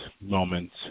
moments